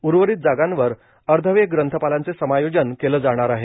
उर्वरित जागांवर अर्धवेळ ग्रंथपालांचे समायोजन केलं जाणार आहे